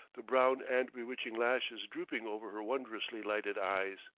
the brown and bewitching lashes drooping over her wondrously lighted eyes.